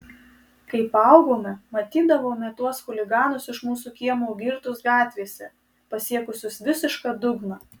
kai paaugome matydavome tuos chuliganus iš mūsų kiemo girtus gatvėse pasiekusius visišką dugną